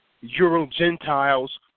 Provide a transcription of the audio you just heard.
Euro-Gentiles